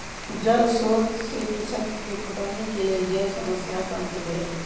जल स्रोत से कृषक के पटौनी के लेल जल समस्याक अंत भेल